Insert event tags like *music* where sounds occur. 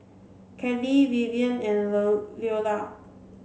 Kelli Vivian and *unintelligible* Leola